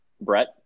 Brett